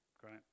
Great